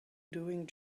doing